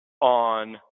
on